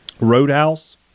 Roadhouse